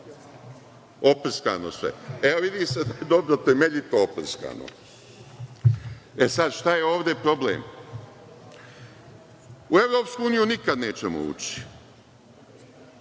Oprskano sve? Evo, vidi se da je dobro, temeljito oprskano.E sad, šta je ovde problem? U EU nikad nećemo ući.